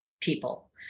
people